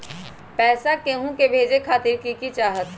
पैसा के हु के भेजे खातीर की की चाहत?